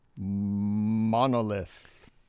Monolith